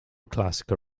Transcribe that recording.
classical